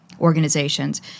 organizations